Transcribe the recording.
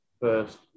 first